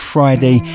Friday